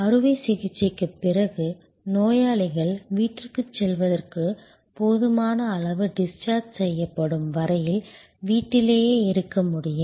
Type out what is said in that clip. அறுவைசிகிச்சைக்குப் பிறகு நோயாளிகள் வீட்டிற்குச் செல்வதற்கு போதுமான அளவு டிஸ்சார்ஜ் செய்யப்படும் வரை வீட்டிலேயே இருக்க முடியும்